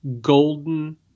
golden